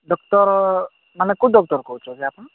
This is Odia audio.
ଡକ୍ଟର୍ ମାନେ କୋଉ ଡକ୍ଟର୍ କହୁଛନ୍ତି ଆପଣ